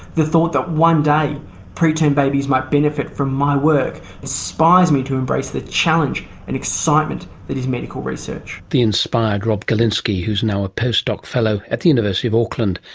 the thought that one day preterm babies might benefit from my work inspires me to embrace the challenge and excitement that is medical research. the inspired rob galinsky, who is now a post-doc fellow at the university of auckland,